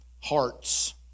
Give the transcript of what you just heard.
Hearts